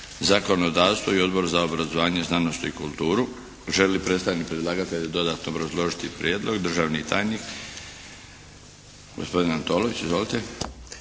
zakonodavstvo i Odbor za obrazovanje, znanost i kulturu. Želi li predstavnik predlagatelja dodatno obrazložiti prijedlog? Državni tajnik gospodin Antolović. Izvolite.